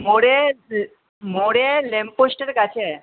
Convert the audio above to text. মোড়ে মোড়ে ল্যাম্পপোস্টের কাছে